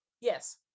Yes